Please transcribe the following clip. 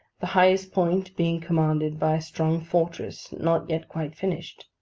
the highest point being commanded by a strong fortress, not yet quite finished.